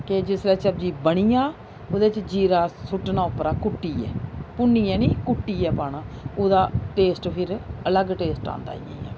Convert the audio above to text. कि जिसलै सब्जी बनी जा ओह्दे च जीरा सु'ट्टना उप्परा कुट्टियै भुन्नियै निं कुट्टियै पाना ओह्दा टेस्ट फ्ही अलग टेस्ट औंदा ऐ